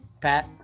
Pat